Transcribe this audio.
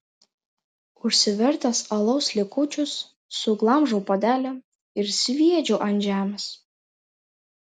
užsivertęs alaus likučius suglamžau puodelį ir sviedžiu ant žemės